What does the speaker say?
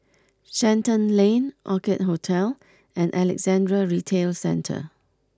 Shenton Lane Orchid Hotel and Alexandra Retail Centre